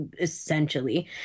essentially